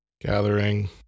gathering